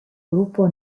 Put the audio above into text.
gruppo